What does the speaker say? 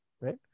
right